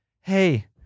hey